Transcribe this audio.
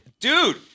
Dude